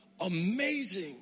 amazing